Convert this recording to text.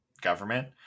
government